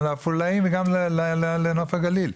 גם לעפולאים וגם לנוף הגליל.